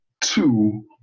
two